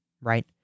Right